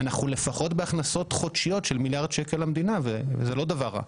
אנחנו לפחות בהכנסות חודשיות של מיליארד שקלים למדינה וזה לא דבר רע.